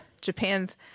Japan's